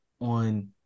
on